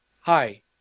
hi